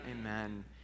Amen